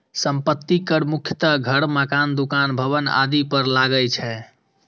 संपत्ति कर मुख्यतः घर, मकान, दुकान, भवन आदि पर लागै छै